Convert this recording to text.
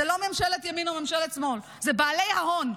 הוא לא ממשלת ימין או ממשלת שמאל, זה בעלי ההון.